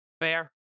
Fair